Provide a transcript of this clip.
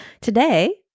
Today